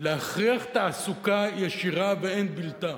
להכריח תעסוקה ישירה ואין בלתה.